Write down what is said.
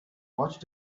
watched